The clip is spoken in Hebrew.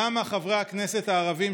למה חברי הכנסת הערבים,